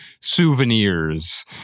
souvenirs